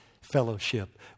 fellowship